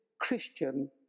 christian